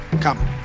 Come